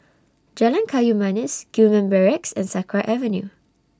Jalan Kayu Manis Gillman Barracks and Sakra Avenue